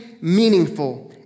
meaningful